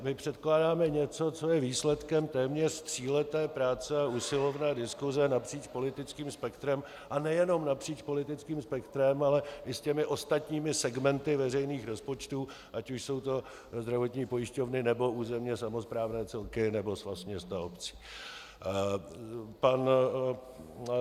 My předkládáme něco, co je výsledkem téměř tříleté práce a usilovné diskuse napříč politickým spektrem, a nejenom napříč politickým spektrem, ale i s těmi ostatními segmenty veřejných rozpočtů, ať už jsou to zdravotní pojišťovny, nebo územně samosprávné celky, nebo Svaz měst a obcí.